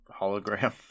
hologram